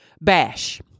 bash